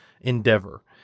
endeavor